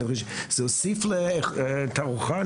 זה הוסיף לתערוכה?